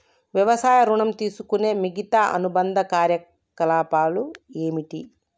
వ్యవసాయ ఋణం తీసుకునే మిగితా అనుబంధ కార్యకలాపాలు ఏమిటి?